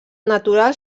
natural